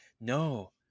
no